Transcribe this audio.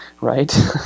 right